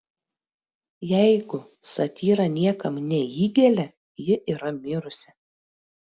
jeigu satyra niekam neįgelia ji yra mirusi